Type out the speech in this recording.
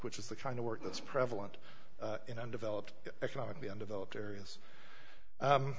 which is the kind of work that's prevalent in undeveloped economically undeveloped areas